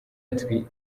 ati